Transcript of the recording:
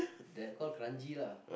that call kranji lah